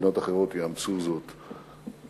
מדינות אחרות יאמצו זאת בהמשך.